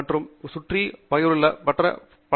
உன்னை சுற்றி மற்ற கையுறைகள் மற்ற வடிவங்களை காண்பிக்கும்